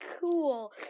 cool